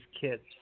kids